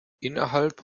innerhalb